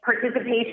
participation